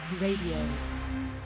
Radio